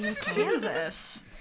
Kansas